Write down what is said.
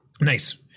Nice